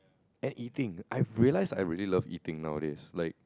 and eating I realised I really love eating nowadays like